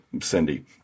Cindy